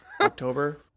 October